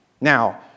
Now